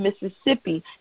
Mississippi